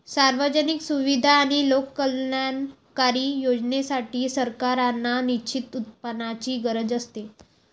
सार्वजनिक सुविधा आणि लोककल्याणकारी योजनांसाठी, सरकारांना निश्चित उत्पन्नाची गरज असते